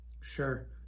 Sure